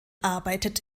arbeitet